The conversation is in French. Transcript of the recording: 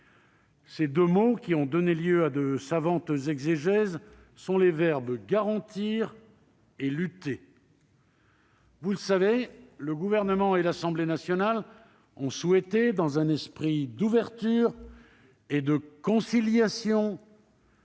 Ces deux mots, qui ont donné lieu à de savantes exégèses, sont les verbes « garantir » et « lutter ». Vous le savez, le Gouvernement et l'Assemblée nationale ont souhaité, dans un esprit d'ouverture et de conciliation,